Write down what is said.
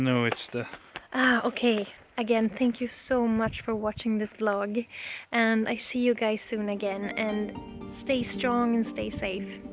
no it's there okay again thank you so much for watching this vlog and i see you guys soon again and stay strong and stay safe